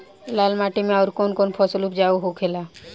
लाल माटी मे आउर कौन कौन फसल उपजाऊ होखे ला?